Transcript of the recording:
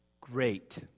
Great